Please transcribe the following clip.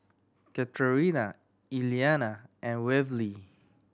Katerina Elliana and Waverly